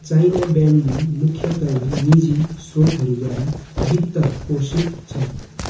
China ब्यान्डी मुख्यतया निजी स्रोतहरूद्वारा वित्त पोषित छ